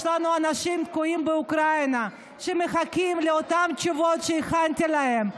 היום יש לנו אנשים תקועים באוקראינה שמחכים לאותן תשובות שהכנתי להם,